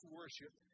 worship